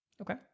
Okay